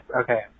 Okay